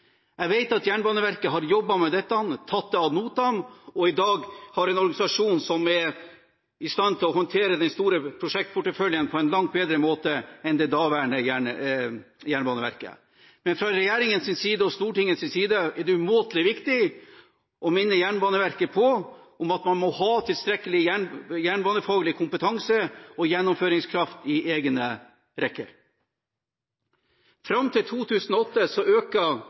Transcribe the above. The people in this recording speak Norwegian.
Jeg vet at Jernbaneverket har jobbet med dette, tatt det ad notam, og i dag har en organisasjon som er i stand til å håndtere den store prosjektporteføljen på en langt bedre måte enn det daværende Jernbaneverket. Men fra regjeringen og Stortingets side er det umåtelig viktig å minne Jernbaneverket om at man må ha tilstrekkelig jernbanefaglig kompetanse og gjennomføringskraft i egne rekker. Fram til 2008